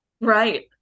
right